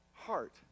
heart